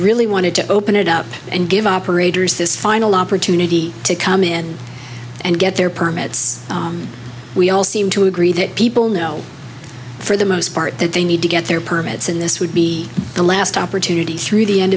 really wanted to open it up and give operators this final opportunity to come in and get their permits we all seem to agree that people know for the most part that they need to get their permits in this would be the last opportunity through the end